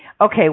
Okay